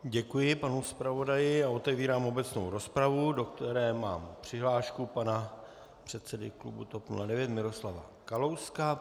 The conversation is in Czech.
Děkuji panu zpravodaji a otevírám obecnou rozpravu, do které mám přihlášku pana předsedy klubu TOP 09 Miroslava Kalouska.